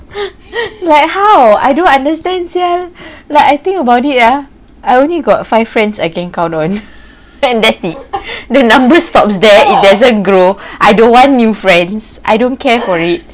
like how I don't understand [sial] like I think about it ah I only got five friends I can count on and that's it the numbers stops there it doesn't grow I don't want new friends I don't care for it